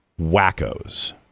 wackos